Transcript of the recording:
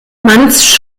mantzsch